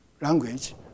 language